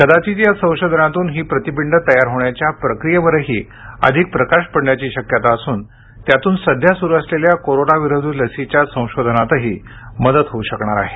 कदाचित या संशोधनातून ही प्रतिपिंड तयार होण्याच्या प्रक्रियेवरही अधिक प्रकाश पडण्याची शक्यता असून त्यातून सध्या सुरु असलेल्या कोरोना विरोधी लसीच्या संशोधनातही मदत होऊ शकणार आहे